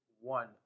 one